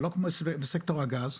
שלא כמו בסקטור הגז,